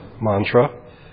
mantra